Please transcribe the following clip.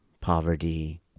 poverty